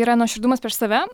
yra nuoširdumas prieš save